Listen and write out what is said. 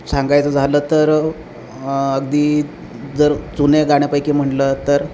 सांगायचं झालं तर अगदी जर जुने गाण्यापैकी म्हणलं तर